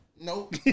Nope